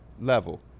level